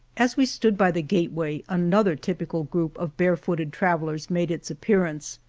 as we stood by the gateway another typi cal group of barefooted travellers made its appearance.